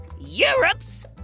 Europe's